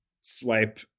swipe